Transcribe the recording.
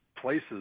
places